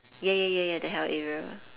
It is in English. ya ya ya ya the hell area